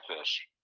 fish